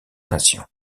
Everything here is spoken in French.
nation